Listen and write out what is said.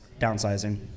downsizing